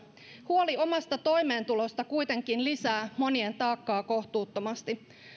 huoli omasta toimeentulosta kuitenkin lisää monien taakkaa kohtuuttomasti